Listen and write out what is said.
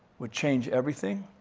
would change everything.